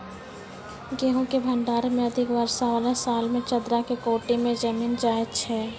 गेहूँ के भंडारण मे अधिक वर्षा वाला साल मे चदरा के कोठी मे जमीन जाय छैय?